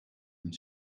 and